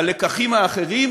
הלקחים האחרים